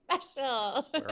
special